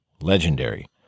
legendary